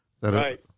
Right